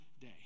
day